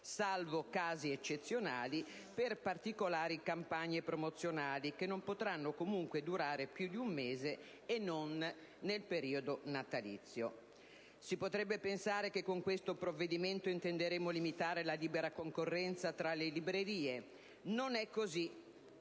salvo casi eccezionali per particolari campagne promozionali, che non potranno durare comunque più di un mese e non nel periodo natalizio. Si potrebbe pensare che con questo provvedimento intenderemmo limitare la libera concorrenza tra le librerie. Non è così.